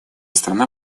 страна